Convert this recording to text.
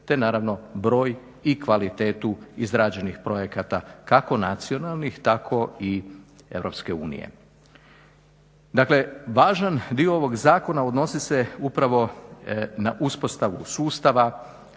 te naravno broj i kvalitetu izrađenih projekata kako nacionalnih tako i Europske unije. Dakle važan dio ovog zakona odnosi se upravo na uspostavu sustava